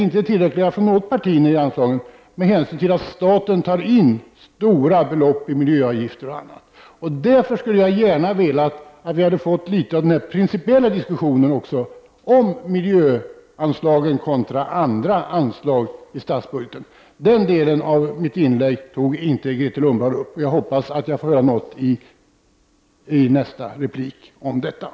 Inget parti föreslår egentligen tillräckliga anslag med hänsyn till att staten tar in stora belopp från kommunerna i form av miljöavgifter och annat. Därför tycker jag att vi borde ha fört en principiell diskussion om miljöanslagen kontra andra anslag i statsbudgeten. Den delen av mitt inlägg berörde inte Grethe Lundblad. Jag hoppas att hon säger något om detta i sin kommande replik.